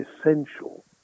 essential